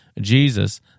Jesus